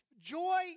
joy